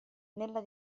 nella